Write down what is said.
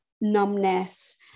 numbness